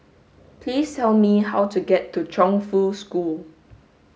please tell me how to get to Chongfu School